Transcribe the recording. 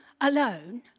alone